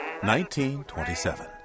1927